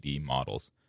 models